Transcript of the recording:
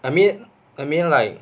I mean I mean like